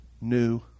new